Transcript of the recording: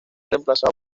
reemplazado